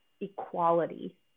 equality